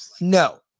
No